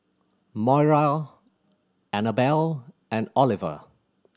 Moira Annabel and Oliver